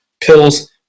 Pills